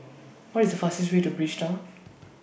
What IS The fastest Way to Bridgetown